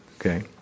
Okay